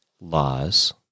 laws